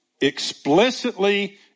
explicitly